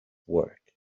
work